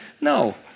No